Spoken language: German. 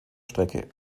strecke